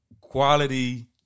quality